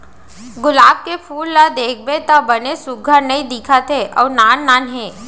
गुलाब के फूल ल देखबे त बने सुग्घर नइ दिखत हे अउ नान नान हे